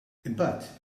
imbagħad